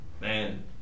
Man